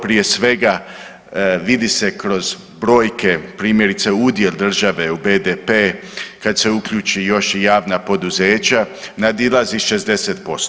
Prije svega vidi se kroz brojke primjerice udio države u BDP kad se uključi još i javna poduzeća nadilazi 60%